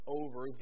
over